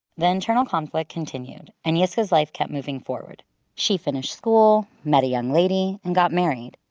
the internal conflict continued, and yiscah's life kept moving forward she finished school, met a young lady and got married.